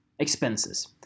Expenses